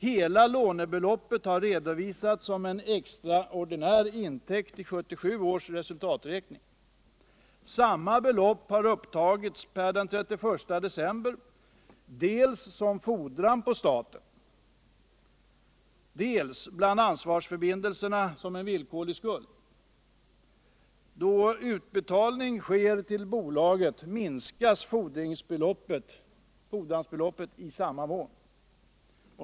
Hela lånebeloppet har redovisats som extraordinär intäkt i 1977 års resultaträkning. Samma belopp har upptagits per den 31 december dels som fordran på staten, dels bland ansvarsförbindelserna som en villkorlig skuld. Då återbetalning sker till bolaget minskas fordringsbeloppet i samma mån.